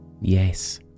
Yes